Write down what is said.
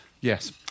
Yes